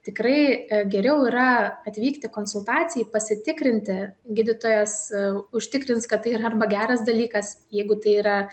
tikrai geriau yra atvykti konsultacijai pasitikrinti gydytojas užtikrins kad tai yra arba geras dalykas jeigu tai yra